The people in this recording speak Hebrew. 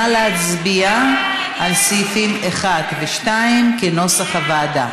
נא להצביע על סעיפים 1 ו-2 כנוסח הוועדה.